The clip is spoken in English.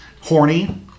horny